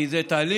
כי זה תהליך,